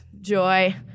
joy